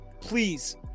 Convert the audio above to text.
please